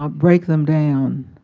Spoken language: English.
um break them down.